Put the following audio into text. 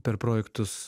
per projektus